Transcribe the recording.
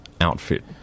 outfit